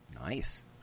Nice